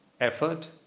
effort